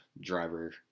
driver